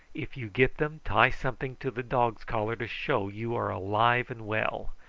if you get them tie something to the dog's collar to show you are alive and well.